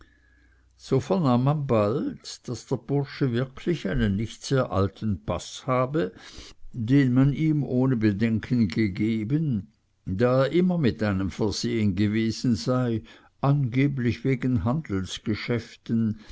so vernahm man bald daß der bursche wirklich einen nicht sehr alten paß habe den man ihm ohne bedenken gegeben da er immer mit einem versehen gewesen sei angeblich wegen handelsgeschäften